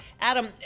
Adam